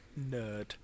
nerd